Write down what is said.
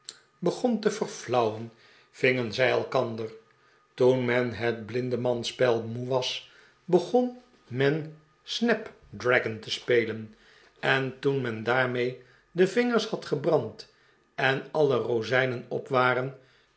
begon te verflauwen vingen zij elkander toen men het blindemanspel moe was begon men snapdragon te spelen en toen men daarmee de vingers had gebrand en alle rozijnen op waren